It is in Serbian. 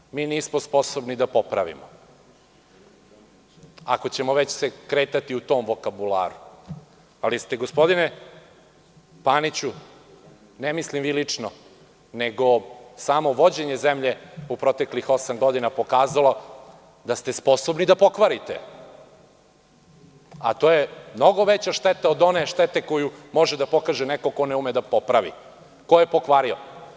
Možda mi nismo sposobni da popravimo, ako ćemo se već kretati u tom vokabularu, ali ste gospodine Paniću, ne mislim vi lično, nego samo vođenje zemlje u proteklih osam godina pokazalo da ste sposobni da pokvarite, a to je mnogo veća šteta od one štete koju može da pokaže neko ko ne ume da popravi, ko je pokvario.